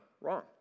wrong